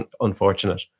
unfortunate